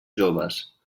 joves